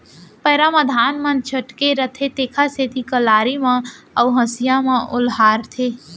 पैरा म धान मन चटके रथें तेकर सेती कलारी म अउ हँसिया म ओलहारथें